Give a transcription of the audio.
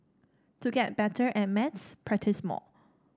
to get better at maths practise more